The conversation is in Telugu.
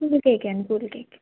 ఫుల్ కేక అండి ఫుల్ కేక్